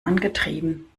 angetrieben